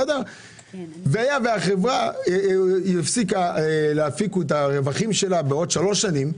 אם החברה הפסיקה להפיק את הרווחים שלה עוד שלוש שנים,